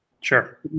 sure